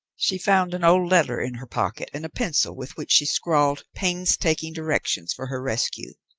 she found an old letter in her pocket, and a pencil, with which she scrawled painstaking directions for her rescue.